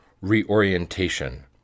reorientation